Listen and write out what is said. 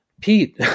Pete